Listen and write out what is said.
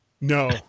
No